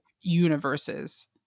universes